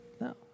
No